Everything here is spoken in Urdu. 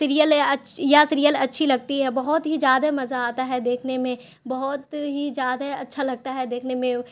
سیرئل یا سیرئل اچھی لگتی ہے بہت ہی زیادہ مزہ آتا ہے دیکھنے میں بہت ہی زیادہ اچھا لگتا ہے دیکھنے میں